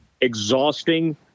exhausting